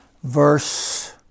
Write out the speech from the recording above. Verse